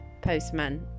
postman